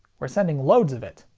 we're sending loads of it.